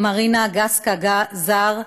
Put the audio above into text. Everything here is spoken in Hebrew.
מרינה גסקה זר,